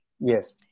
yes